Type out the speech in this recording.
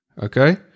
okay